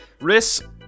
Riss